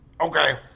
Okay